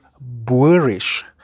boorish